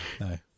no